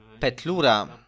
Petlura